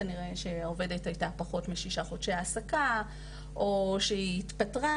כנראה שהעובדת הייתה מועסקת פחות משישה חודשי העסקה או שהיא התפטרה